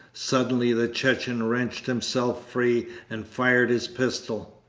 suddenly the chechen wrenched himself free and fired his pistol.